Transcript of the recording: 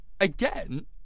again